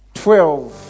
twelve